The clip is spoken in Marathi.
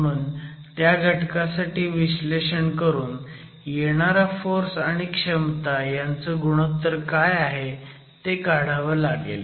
म्हणून त्या घटकासाठी विश्लेषण करून येणारा फोर्स आणि क्षमता ह्याचं गुणोत्तर काय आहे ते काढावं लागेल